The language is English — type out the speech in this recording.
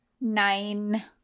Nine